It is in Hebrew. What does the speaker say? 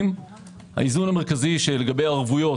האיזון המרכזי לגבי הערבויות,